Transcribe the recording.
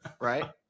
right